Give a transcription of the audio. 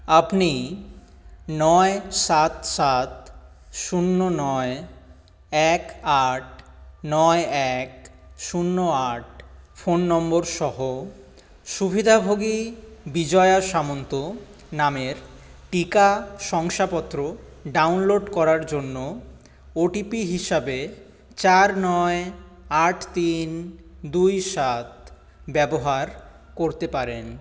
আপনি নয় সাত সাত শূন্য নয় এক আট নয় এক শূন্য আট ফোন নম্বর সহ সুবিধাভোগী বিজয়া সামন্ত নামের টিকা শংসাপত্র ডাউনলোড করার জন্য ওটিপি হিসাবে চার নয় আট তিন দুই সাত ব্যবহার করতে পারেন